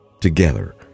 together